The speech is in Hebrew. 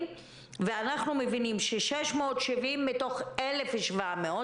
ואנחנו מבינים שמדובר על 670 מתוך 1,700,